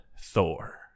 Thor